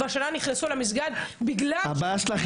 השנה נכנסו אל תוך המסגד --- הבעיה שלך